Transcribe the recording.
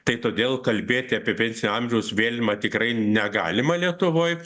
tai todėl kalbėti apie pensinio amžiaus vėlinimą tikrai negalima lietuvoj